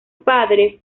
padre